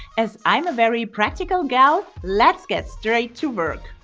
as i'm a very practical gal, let's get straight to work.